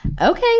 okay